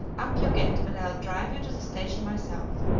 up you get, and i'll drive you to the station myself!